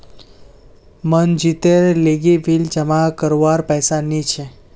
मनजीतेर लीगी बिल जमा करवार पैसा नि छी